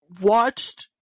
watched